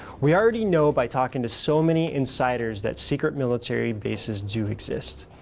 we already know by talking to so many insiders that secret military bases do exist.